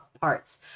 parts